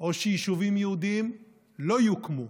או שיישובים יהודיים לא יוקמו.